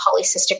polycystic